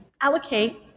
allocate